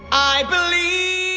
i believe